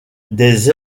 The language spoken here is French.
des